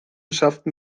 schafften